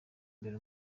mbere